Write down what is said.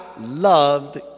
loved